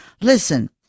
listen